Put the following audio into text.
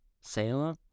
sailor